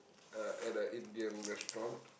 uh at a Indian restaurant